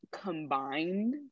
combined